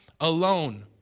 alone